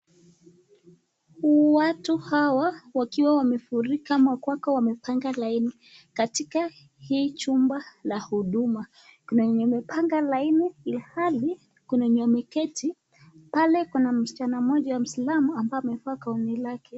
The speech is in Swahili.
Watu hawa wakiwa wamefurika wako hapa wamepanga laini, katika hii chumba la huduma. Kuna wenye wamepanga laini ilhali kuna wenye wameketi, pale kuna msichana mmoja mwisilamu ambaye amevaa gauni lake.